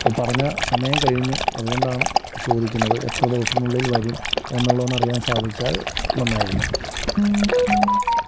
അത് പറഞ്ഞ സമയം കഴിഞ്ഞു അതുകൊണ്ടാണ് ചോദിക്കുന്നത് എത്ര ദിവസത്തിനുള്ളിൽ വരും എന്നുള്ളതൊന്നറിയാൻ സാധിച്ചാൽ നന്നായിരുന്നു